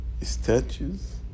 statues